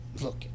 Look